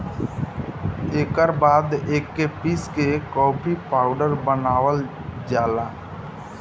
एकर बाद एके पीस के कॉफ़ी पाउडर बनावल जाला